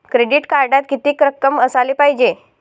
Credit कार्डात कितीक रक्कम असाले पायजे?